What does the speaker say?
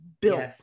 built